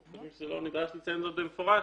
אנחנו חושבים שזה לא נדרש לציין זאת במפורש,